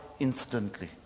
Instantly